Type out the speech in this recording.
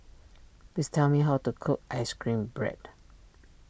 please tell me how to cook Ice Cream Bread